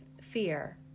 fear